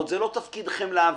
זה עוד לא תפקידכם להבין.